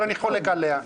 אבל אני חולק עליה.